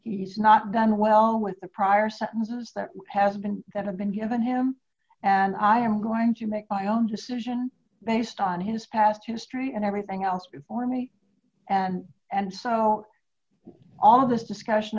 he's not done well with the prior sentences that has been that i've been given him and i'm going to make my own decision based on his past history and everything else for me and and so august discussion